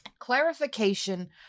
Clarification